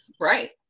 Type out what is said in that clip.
right